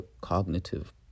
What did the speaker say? cognitive